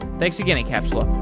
thanks again, incapsula